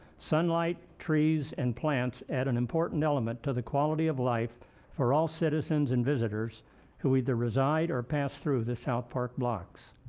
sunlight, trees, and plants add an important element to the quality of life for all citizens and visitors who either reside or pass through the south park blocks.